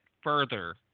further